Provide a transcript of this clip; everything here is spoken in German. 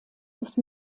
ist